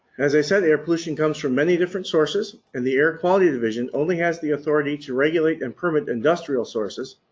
as i said, air pollution comes from many different sources and the air quality division only has the authority to regulate and permit industrial sources,